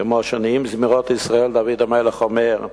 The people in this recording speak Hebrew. כמו שנעים זמירות ישראל, דוד המלך, אומר: